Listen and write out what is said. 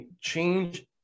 change